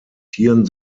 tieren